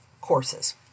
courses